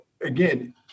again